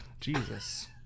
jesus